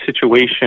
situation